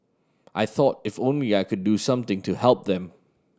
I thought if only I could do something to help them